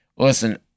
Listen